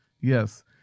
Yes